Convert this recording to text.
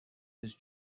his